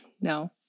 No